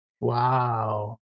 Wow